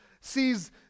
sees